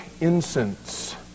incense